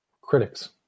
critics